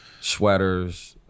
sweaters